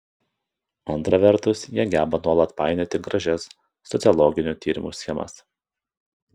antra vertus jie geba nuolat painioti gražias sociologinių tyrimų schemas